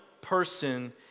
person